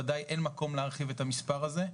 ודאי אין מקום להרחיב את המספר הזה,